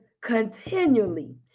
continually